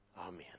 Amen